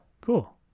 cool